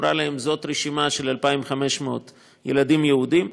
ואמרה להם: זאת רשימה של 2,500 ילדים יהודים,